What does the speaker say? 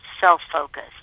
self-focused